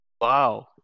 Wow